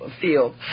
field